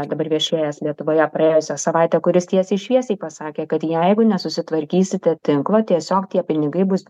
dabar viešėjęs lietuvoje praėjusią savaitę kuris tiesiai šviesiai pasakė kad jeigu nesusitvarkysite tinklo tiesiog tie pinigai bus